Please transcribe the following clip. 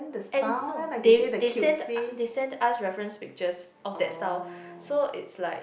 and no they they sent they sent us reference pictures of that style so it's like